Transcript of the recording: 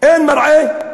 אין מרעה,